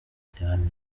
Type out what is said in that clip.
umwiryane